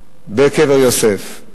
בקבר יוסף.